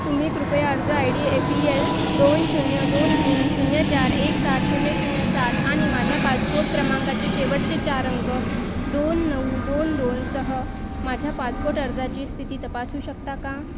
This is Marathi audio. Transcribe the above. तुम्ही कृपया अर्ज I D A P L दोन शून्य दोन तीन शून्य चार एक सात शून्य शून्य सात आणि माझ्या पासपोट क्रमांकाचे शेवटचे चार अंक दोन नऊ दोन दोनसह माझ्या पासपोट अर्जाची स्थिती तपासू शकता का